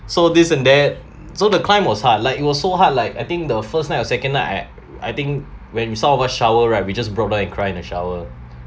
so this and that so the climb was hard like it was so hard like I think the first night or second night I I think when you saw a shower right we just drop by and cry in the shower